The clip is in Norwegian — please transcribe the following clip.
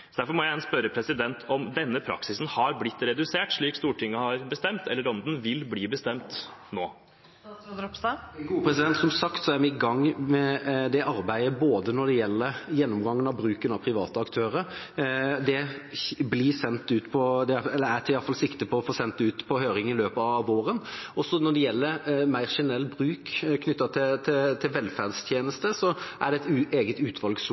Derfor må jeg igjen spørre om denne praksisen har blitt redusert, slik Stortinget har bestemt at den skal, eller om den vil bli redusert nå. Som sagt er vi i gang med det arbeidet når det gjelder gjennomgangen av bruken av private aktører. Jeg tar sikte på å få sendt det ut på høring i løpet av våren. Når det gjelder mer generell bruk av private knyttet til velferdstjenester, er det et eget utvalg